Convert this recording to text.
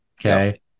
Okay